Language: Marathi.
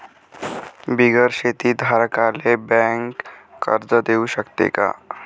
बिगर शेती धारकाले बँक कर्ज देऊ शकते का?